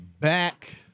back